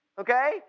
okay